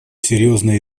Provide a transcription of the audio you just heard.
серьезные